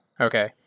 okay